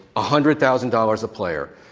ah hundred thousand dollars a player,